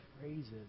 phrases